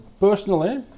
Personally